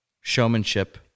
showmanship